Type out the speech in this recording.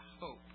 hope